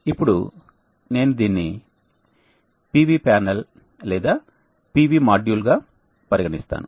ఇప్పుడు నేను దీనిని PV ప్యానెల్ లేదా PV మాడ్యూల్ గా పరిగణిస్తాను